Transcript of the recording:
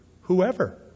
whoever